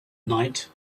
night